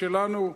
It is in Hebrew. שלנו.